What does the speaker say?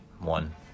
One